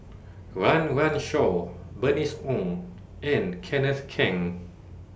Run Run Shaw Bernice Ong and Kenneth Keng